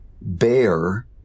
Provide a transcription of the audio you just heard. bear